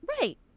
Right